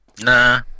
nah